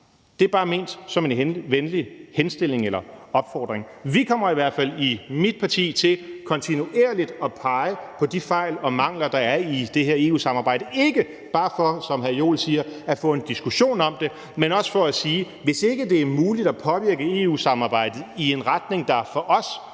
Det er bare ment som en venlig henstilling eller opfordring. Kl. 23:06 Vi kommer i hvert fald i mit parti til kontinuerligt at pege på de fejl og mangler, der er i det her EU-samarbejde, ikke bare for, som hr. Jens Joel siger, at få en diskussion om det, men også for at sige, at hvis ikke det er muligt at påvirke EU-samarbejdet i en retning, der for os,